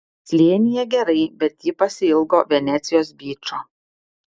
slėnyje gerai bet ji pasiilgo venecijos byčo